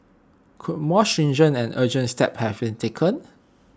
could more stringent and urgent steps have been taken